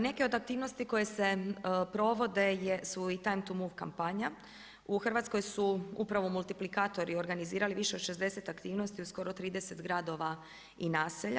Neke od aktivnosti koje se provode su i time to move kampanja, u Hrvatskoj su upravo multiplikatori organizirali više od 60 aktivnosti u skoro 30 gradova i naselja.